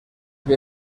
que